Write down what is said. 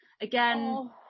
again